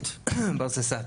ברססט